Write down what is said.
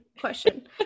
question